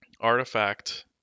artifact